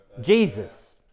jesus